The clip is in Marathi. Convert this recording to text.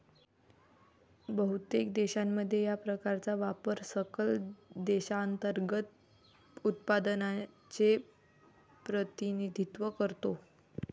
बहुतेक देशांमध्ये, या प्रकारचा व्यापार सकल देशांतर्गत उत्पादनाचे प्रतिनिधित्व करतो